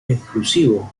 exclusivo